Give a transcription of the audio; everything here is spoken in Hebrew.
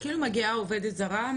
מגיעה עובדת זרה,